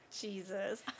Jesus